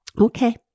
Okay